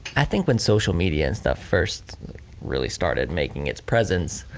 i think when social media and stuff first really started making its presence,